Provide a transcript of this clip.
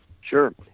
Sure